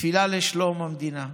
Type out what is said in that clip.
תפילה לשלום המדינה: